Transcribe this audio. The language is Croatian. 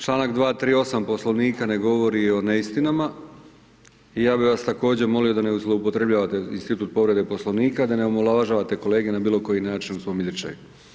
Članak 238. poslovnika ne govori o neistinama, i ja bi vas također zamolio da nezloupotrebljavane institut povrede poslovnika, da ne omalovažavate kolege na bilo koji način u svom izričaju.